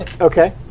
Okay